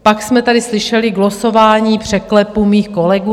Pak jsme tady slyšeli glosování překlepu mých kolegů...